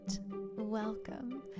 Welcome